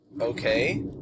Okay